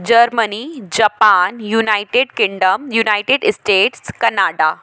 Germany Japan United Kingdom United States Canada